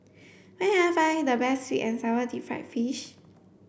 where can I find the best sweet and sour deep fried fish